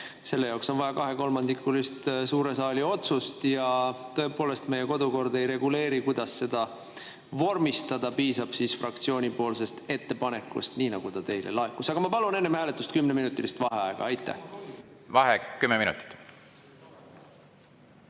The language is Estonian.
Selle jaoks on vaja kahekolmandikulist suure saali otsust. Ja tõepoolest, meie kodukord ei reguleeri, kuidas seda vormistada. Piisab fraktsiooni ettepanekust, nii nagu ta teile laekus. Aga ma palun enne hääletust 10-minutilist vaheaega. Jaa, ma tahtsin